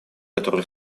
которые